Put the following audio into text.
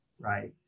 right